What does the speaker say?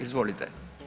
Izvolite.